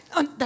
Und